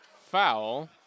Foul